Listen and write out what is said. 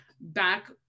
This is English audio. back